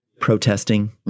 protesting